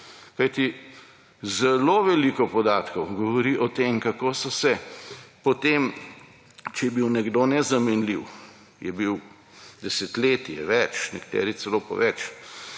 zelo veliko podatkov govori o tem, kako so potem, če je bil nekdo nezamenljiv, je bil desetletje, več ‒ nekateri celo po več